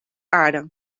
aarde